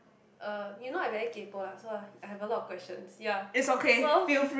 uh you know I very kaypo lah so lah I have a lot of questions ya so